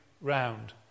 round